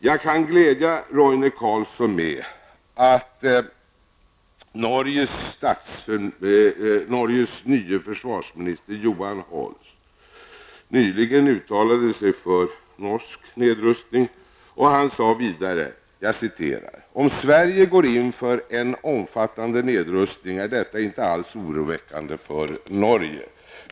Jag kan glädja Roine Carlsson med att tala om att Norges nye försvarsminister Johan Holst nyligen uttalade sig för en norsk nedrustning och sade: ''Om Sverige går in för en omfattande nedrustning är detta inte alls oroväckande för Norge.